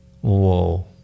Whoa